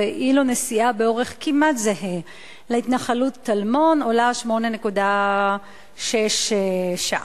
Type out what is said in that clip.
ואילו נסיעה באורך כמעט זהה להתנחלות טלמון עולה 8.6 שקלים,